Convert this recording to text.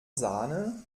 sahne